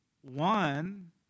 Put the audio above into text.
One